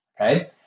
okay